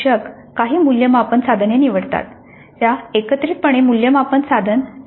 शिक्षक काही मूल्यमापन साधने निवडतात त्या एकत्रितपणे मूल्यमापन साधन तयार करतात